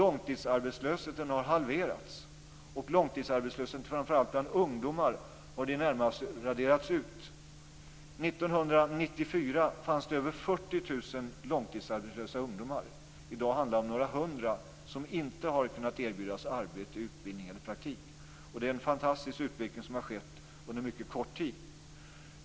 Långtidsarbetslösheten har halverats. Långtidsarbetslösheten bland framför allt ungdomar har i det närmaste raderats ut. 1994 fanns det över 40 000 långtidsarbetslösa ungdomar. I dag handlar det om några hundra som inte har kunnat erbjudas arbete, utbildning eller praktik. Det en fantastisk utveckling som skett under en mycket kort tid.